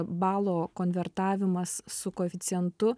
balo konvertavimas su koeficientu